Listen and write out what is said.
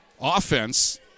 offense